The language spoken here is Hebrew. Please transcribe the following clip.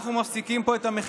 אנחנו מפסיקים פה את המחירון,